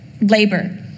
labor